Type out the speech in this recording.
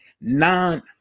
non